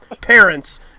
parents